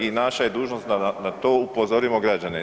I naša je dužnost da na to upozorimo građane.